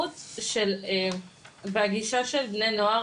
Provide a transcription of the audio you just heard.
אני רוצה לומר שעכשיו הנושא של התמכרויות,